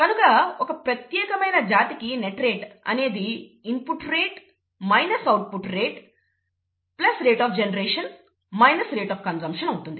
కనుక ఒక ప్రత్యేకమైన జాతికి నెట్ రేట్ అనేది input rate output rate generation rate consumption rate net rate rate of input rate of output rate of generation rate of consumption అవుతుంది